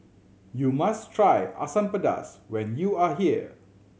you must try Asam Pedas when you are here